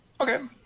Okay